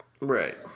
Right